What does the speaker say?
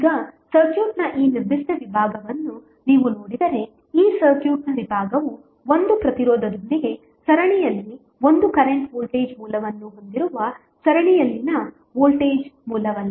ಈಗ ಸರ್ಕ್ಯೂಟ್ನ ಈ ನಿರ್ದಿಷ್ಟ ವಿಭಾಗವನ್ನು ನೀವು ನೋಡಿದರೆ ಈ ಸರ್ಕ್ಯೂಟ್ನ ವಿಭಾಗವು 1 ಪ್ರತಿರೋಧದೊಂದಿಗೆ ಸರಣಿಯಲ್ಲಿ 1 ಕರೆಂಟ್ ವೋಲ್ಟೇಜ್ ಮೂಲವನ್ನು ಹೊಂದಿರುವ ಸರಣಿಯಲ್ಲಿನ ವೋಲ್ಟೇಜ್ ಮೂಲವಲ್ಲ